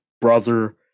brother